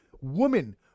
Woman